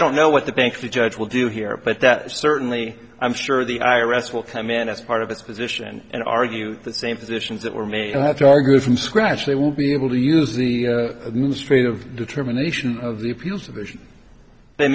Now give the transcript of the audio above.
don't know what the banks the judge will do here but that certainly i'm sure the i r s will come in as part of its position and argue the same positions that were made and have to argue from scratch they will be able to use the administrative determination of the people so that they